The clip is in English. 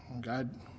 God